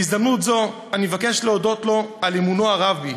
בהזדמנות זו אני מבקש להודות על אמונו של הרב בי,